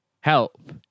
Help